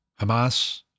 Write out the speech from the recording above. Hamas